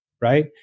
Right